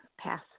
pass